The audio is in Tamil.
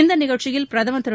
இந்த நிகழ்ச்சியில் பிரதமர் திரு